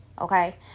Okay